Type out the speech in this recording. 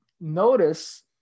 notice